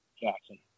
Jackson